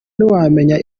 ntiwamenya